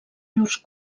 llurs